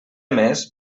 més